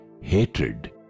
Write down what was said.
hatred